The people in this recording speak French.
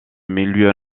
milieux